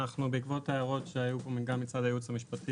אנחנו בעקבות ההערות שהיו פה גם מצד הייעוץ המשפטי